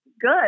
good